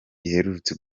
giherutse